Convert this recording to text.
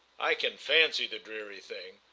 i can fancy the dreary thing!